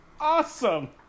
awesome